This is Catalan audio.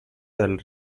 del